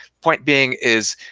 point being is,